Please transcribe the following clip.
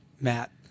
Matt